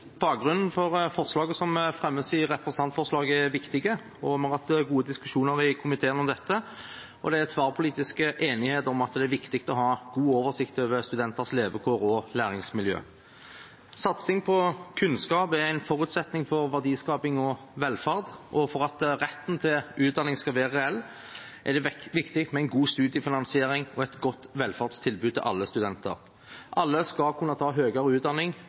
viktig. Vi har hatt gode diskusjoner i komiteen om dette, og det er tverrpolitisk enighet om at det er viktig å ha god oversikt over studenters levekår og læringsmiljø. Satsing på kunnskap er en forutsetning for verdiskaping og velferd, og for at retten til utdanning skal være reell, er det viktig med en god studiefinansiering og et godt velferdstilbud til alle studenter. Alle skal kunne ta høyere utdanning,